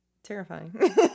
terrifying